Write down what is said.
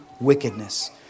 wickedness